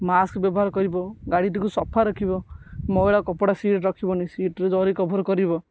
mask ବ୍ୟବହାର କରିବ ଗାଡ଼ିଟିକୁ ସଫା ରଖିବ ମଇଳା କପଡ଼ା ସିଟ୍ରେ ରଖିବନି ସିଟ୍ରେ ଜରି କଭର କରିବ